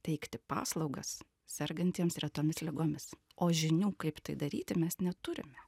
teikti paslaugas sergantiems retomis ligomis o žinių kaip tai daryti mes neturime